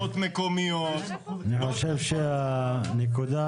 אני חושב שהנקודה